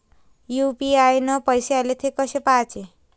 UPI न पैसे आले, थे कसे पाहाचे?